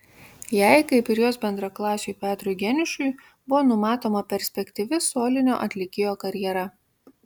jai kaip ir jos bendraklasiui petrui geniušui buvo numatoma perspektyvi solinio atlikėjo karjera